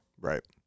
Right